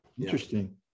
interesting